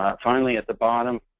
finally at the bottom,